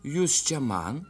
jūs čia man